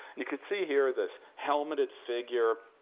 you can see here this helmeted figure.